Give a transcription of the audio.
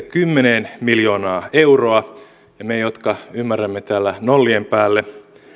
kymmenen miljoonaa euroa ja me jotka ymmärrämme täällä nollien päälle